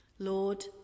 Lord